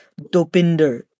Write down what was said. Dopinder